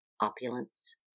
opulence